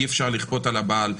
אי אפשר לכפות על הבעל,